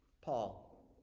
Paul